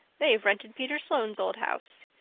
they've rented peter sloane's old house.